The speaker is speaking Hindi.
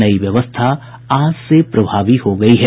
नयी व्यवस्था आज से प्रभावी हो गयी है